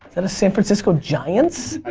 that a san francisco giants? i